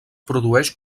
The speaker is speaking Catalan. produeix